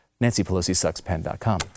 NancyPelosiSucksPen.com